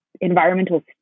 environmental